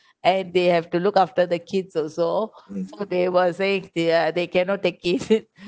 and they have to look after the kids also so they were saying they are they cannot take it